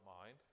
mind